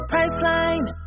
Priceline